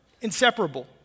inseparable